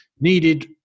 needed